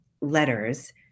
letters